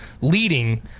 leading